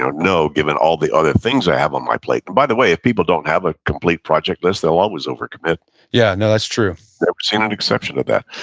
no, given all the other things i have on my plate. but by the way, if people don't have a complete project list, they'll always over commit yeah, no, that's true i've seen an exception to that,